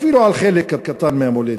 אפילו על חלק קטן מהמולדת.